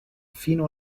fino